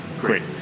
Great